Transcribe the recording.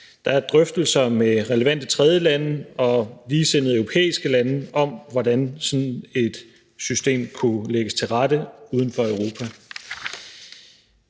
Der er drøftelser med relevante tredjelande og ligesindede europæiske lande om, hvordan sådan et system kunne lægges til rette uden for Europa.